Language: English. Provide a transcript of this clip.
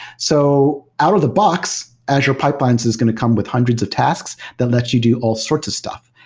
so, out-of-the-box, azure pipelines is going to come with hundreds of tasks that lets you do all sorts of stuff.